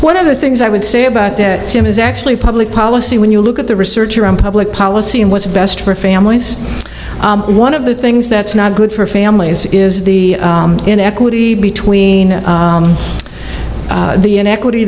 of the things i would say about it is actually public policy when you look at the research around public policy and what's best for families one of the things that's not good for families is the inequity between the inequity